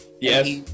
Yes